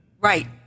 Right